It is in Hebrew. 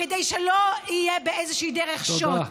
כדי שלא יהיה באיזושהי דרך, תודה.